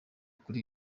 kuri